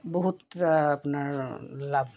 বহুত আপোনাৰ লাভ